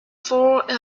four